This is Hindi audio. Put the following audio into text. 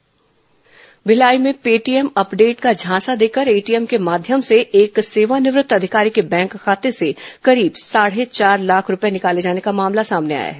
पेटीएम ठगी भिलाई में पेटीएम अपडेट का झांसा देकर एटीएम के माध्यम से एक सेवानिवृत्त अधिकारी के बैंक खाते से करीब साढ़े चार लाख रूपये निकाले जाने का मामला सामने आया है